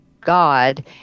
God